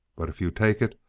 but if you take it,